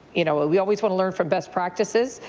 you know we always want to learn from best practices.